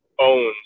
owns